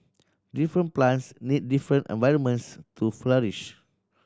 different plants need different environments to flourish